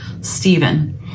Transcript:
Stephen